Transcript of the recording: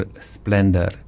splendor